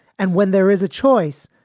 and when there is a choice,